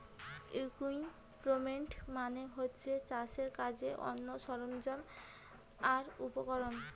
equipment মানে হচ্ছে চাষের কাজের জন্যে সরঞ্জাম আর উপকরণ